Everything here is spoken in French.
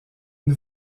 une